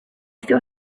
still